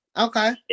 Okay